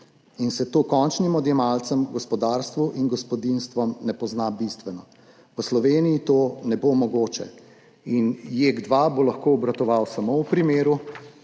in se to končnim odjemalcem, gospodarstvu in gospodinjstvom ne pozna bistveno. V Sloveniji to ne bo mogoče. JEK2 bo lahko obratoval samo v primeru